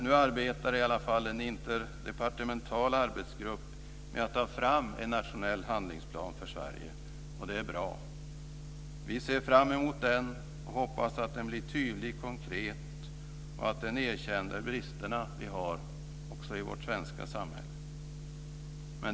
Nu arbetar i alla fall en interdepartemental arbetsgrupp med att ta fram en nationell handlingsplan för Sverige. Det är bra. Vi ser fram emot den och hoppas att den blir tydlig, konkret och att där erkänns bristerna i vårt svenska samhälle.